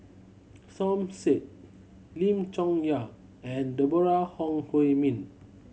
Som Said Lim Chong Yah and Deborah Ong Hui Min